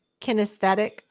kinesthetic